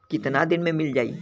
कितना दिन में मील जाई?